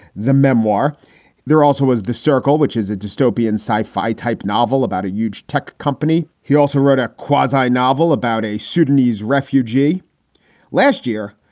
the memoir there also was the circle, which is a dystopian sci fi type novel about a huge tech company. he also wrote a quasi novel about a sudanese refugee last year.